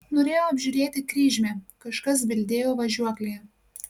norėjau apžiūrėti kryžmę kažkas bildėjo važiuoklėje